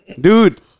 Dude